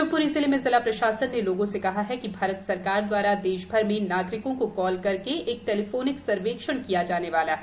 शिवप्री जिले में जिला प्रशासन ने लोगों से कहा है कि भारत सरकार दवारा देश भर में नागरिकों को कॉल करके एक टेलीफोनिक सर्वेक्षण किया जाने वाला है